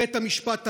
בית המשפט העליון,